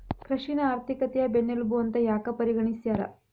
ಕೃಷಿನ ಆರ್ಥಿಕತೆಯ ಬೆನ್ನೆಲುಬು ಅಂತ ಯಾಕ ಪರಿಗಣಿಸ್ಯಾರ?